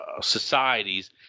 societies